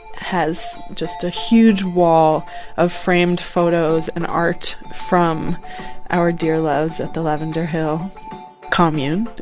has just a huge wall of framed photos and art from our dear loves at the lavender hill commune,